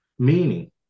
Meaning